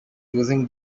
using